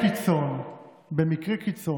במקרי קיצון,